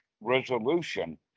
resolution